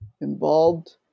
involved